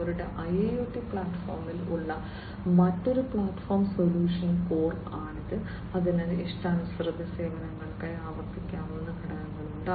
അവരുടെ IIoT പ്ലാറ്റ്ഫോമിൽ ഉള്ള മറ്റൊരു പ്ലാറ്റ്ഫോം സൊല്യൂഷൻ കോർ ആണ് അതിൽ ഇഷ്ടാനുസൃത സേവനങ്ങൾക്കായി ആവർത്തിക്കാവുന്ന ഘടകങ്ങളുണ്ട്